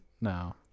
no